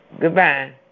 goodbye